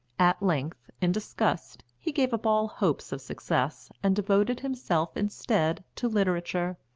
at length, in disgust, he gave up all hopes of success and devoted himself instead to literature.